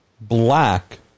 black